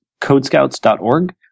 Codescouts.org